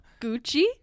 Gucci